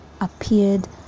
appeared